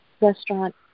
restaurant